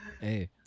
Hey